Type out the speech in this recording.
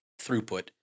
throughput